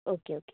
okay okay